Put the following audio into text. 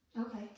Okay